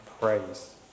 praise